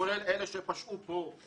כולל אלה שפשעו פה,